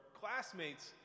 classmates